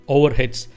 Overheads